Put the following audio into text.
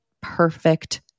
perfect